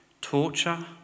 torture